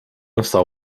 install